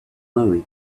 worry